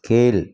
கீழ்